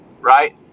right